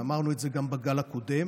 ואמרנו את זה גם בגל הקודם,